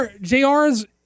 JR's